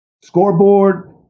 scoreboard